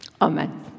Amen